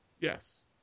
Yes